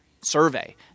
survey